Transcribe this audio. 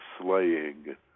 slaying